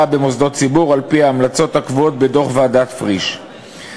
במוסדות ציבור על-פי ההמלצות הקבועות בדוח ועדת פריש.